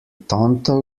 tonto